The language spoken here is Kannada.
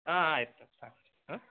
ಹಾಂ ಆಯಿತು ತ್ಯಾಂಕ್ಸ್ ಹಾಂ